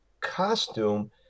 costume